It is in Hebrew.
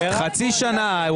חצי שנה,